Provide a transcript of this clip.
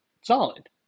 solid